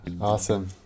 awesome